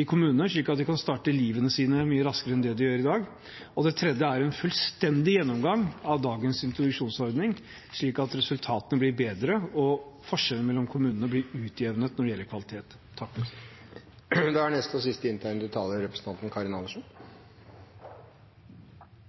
i kommunene, slik at de kan starte livet sitt mye raskere enn det de gjør i dag, og for det tredje at vi må ha en fullstendig gjennomgang av dagens introduksjonsordning, slik at resultatene blir bedre og forskjellene mellom kommunene utjevnet når det gjelder kvalitet.